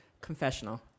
Confessional